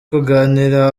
kuganira